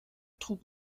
trug